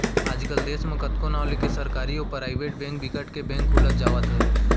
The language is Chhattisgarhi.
आज कल देस म कतको नांव लेके सरकारी अउ पराइबेट बेंक बिकट के बेंक खुलत जावत हे